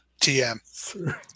TM